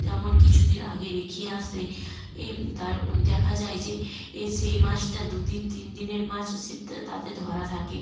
যেমন কিছু দিন আগে রেখে আসলে এ তার দেখা যায় যে এ সেই মাছটা দু দিন তিন দিনের মাছও সেটা তাতে ধরা থাকে